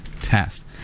test